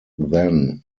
then